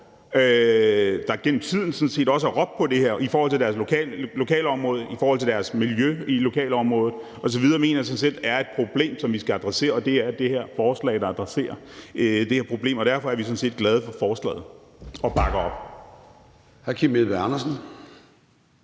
der igennem tiden også har råbt på det her i forhold til deres lokalområde, i forhold til deres miljø i lokalområdet osv., mener jeg sådan set vi skal adressere, og det her forslag adresserer problemet. Derfor er vi sådan set glade for forslaget og bakker det